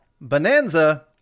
Bonanza